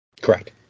Correct